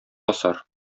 басар